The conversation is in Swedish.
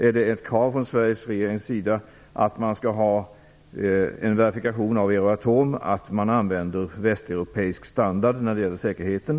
Är det ett krav från den svenska regeringens sida att man skall ha en verifikation av Euratom om att västeuropeisk standard används när det gäller säkerheten?